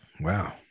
wow